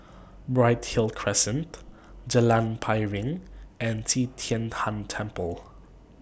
Bright Hill Crescent Jalan Piring and Qi Tian Tan Temple